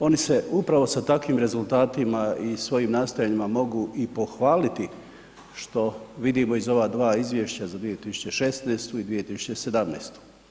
Oni se upravo sa takvim rezultatima i svojim nastojanjima mogu i pohvaliti što vidimo iz ova dva izvješća za 2016. i 2017.